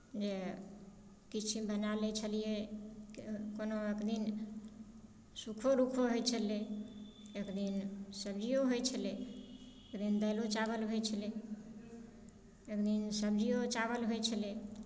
जे किछु बना लै छलियै कोनो एक दिन सूखो रूखो होइ छलै एक दिन सब्जिओ होइ छलै एक दिन दालिओ चावल होइ छलै एक दिन सब्जिओ चावल होइ छलै